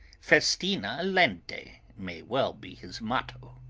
festina lente may well be his motto.